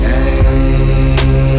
Hey